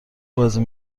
بازی